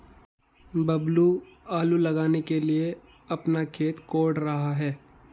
बबलू आलू लगाने के लिए अपना खेत कोड़ रहा है